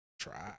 Try